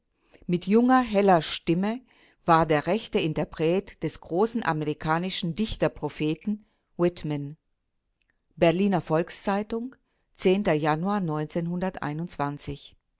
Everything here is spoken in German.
mit junger heller stimme war der rechte interpret des großen amerikanischen dichterpropheten whitman berliner volks-zeitung januar